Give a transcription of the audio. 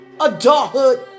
Adulthood